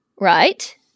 right